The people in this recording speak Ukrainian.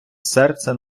серце